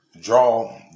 draw